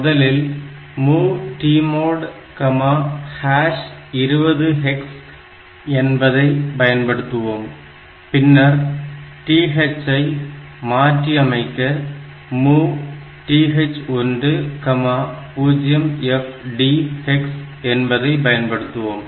முதலில் MOV TMOD20 hex என்பதை பயன்படுத்துவோம் பின்னர் TH ஐ மாற்றி அமைக்க MOV TH10FD hex என்பதை பயன்படுத்துவோம்